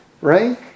right